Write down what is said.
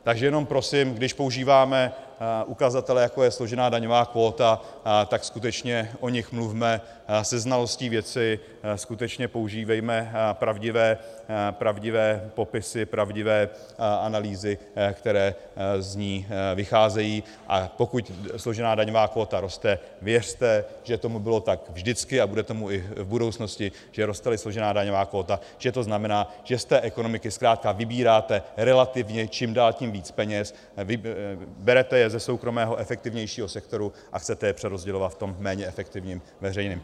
Takže jenom prosím, když používáme ukazatele, jako je složená daňová kvóta, tak skutečně o nich mluvme se znalostí věci, skutečně používejme pravdivé popisy, pravdivé analýzy, které z ní vycházejí, a pokud složená daňová kvóta roste, věřte, že tomu bylo tak vždycky a bude tomu i v budoucnosti, že rosteli složená daňová kvóta, že to znamená, že z ekonomiky zkrátka vybíráte relativně čím dál tím víc peněz, berete je ze soukromého efektivnějšího sektoru a chcete je přerozdělovat v tom méně efektivním veřejném.